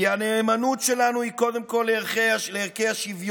כי הנאמנות שלנו היא קודם כל לערכי השוויון,